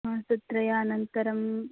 मासत्रयानन्तरं